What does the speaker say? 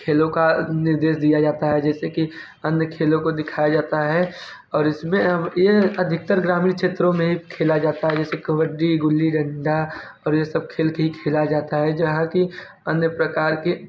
खेलों का निर्देश दिया जाता है जैसे कि अन्य खेलों को दिखाया जाता है और इसमें हम ये अधिकतर ग्रामीण क्षेत्रों में ये खेला जाता है जैसे कबड्डी गुल्ली डंडा और ये सब खेल के ही खेला जाता है जहाँ कि अन्य प्रकार के